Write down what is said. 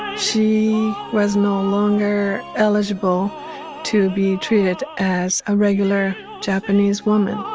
she was no longer eligible to be treated as a regular japanese woman.